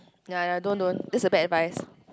ya ya don't don't that's a bad advice